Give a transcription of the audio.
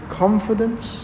confidence